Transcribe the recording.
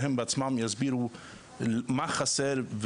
והם בעצם יסבירו מה חסר,